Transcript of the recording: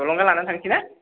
जलंगा लानानै थांसै ना